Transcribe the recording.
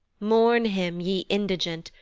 mourn him, ye indigent,